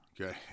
Okay